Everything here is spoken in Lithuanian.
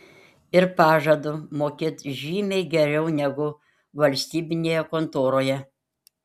ir pažadu mokėt žymiai geriau negu valstybinėje kontoroje